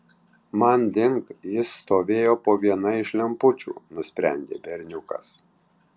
manding jis stovėjo po viena iš lempučių nusprendė berniukas